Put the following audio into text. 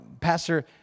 Pastor